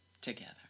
Together